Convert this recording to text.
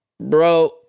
Bro